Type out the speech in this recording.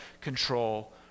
control